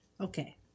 Okay